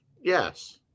Yes